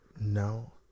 No